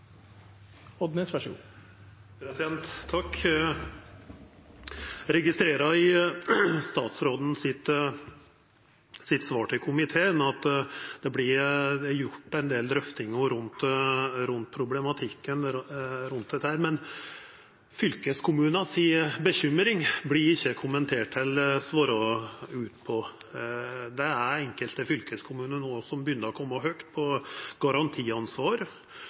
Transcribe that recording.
registrerer at i svaret frå statsråden til komiteen vert det gjort ein del drøftingar av problematikken rundt dette. Men bekymringa til fylkeskommunane vert ikkje kommentert eller svara på. Det er enkelte fylkeskommunar som no begynner å koma høgt når det gjeld garantiansvar,